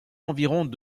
environs